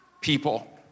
people